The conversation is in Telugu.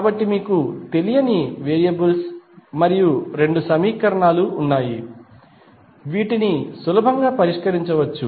కాబట్టి మీకు రెండు తెలియని వేరియబుల్స్ మరియు రెండు సమీకరణాలు ఉన్నాయి వీటిని సులభంగా పరిష్కరించవచ్చు